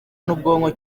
n’ubwonko